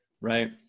Right